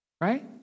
Right